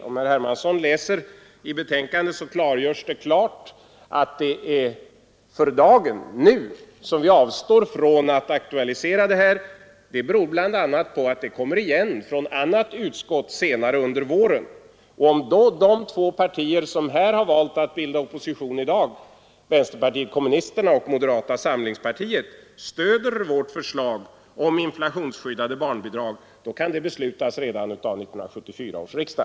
Om herr Hermansson läser i betänkandet, finner han att det där klargörs att det är nu, för dagen, som vi avstår från att aktualisera kravet, men det beror bl.a. på att frågan kommer igen från ett annat utskott senare under våren. Om de två partier som har valt att bilda opposition i dag — vänsterpartiet kommunisterna och moderata samlingspartiet — då stöder vårt förslag om inflationsskyddade barnbidrag kan det beslutas redan av 1974 års riksdag.